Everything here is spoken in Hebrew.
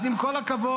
אז עם כל הכבוד,